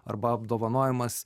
arba apdovanojimas